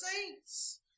saints